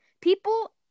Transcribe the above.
people